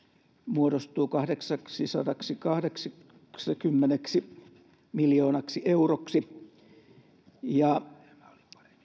muodostuu kahdeksaksisadaksikahdeksaksikymmeneksi miljoonaksi euroksi ja